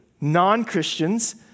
non-Christians